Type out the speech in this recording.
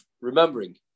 remembering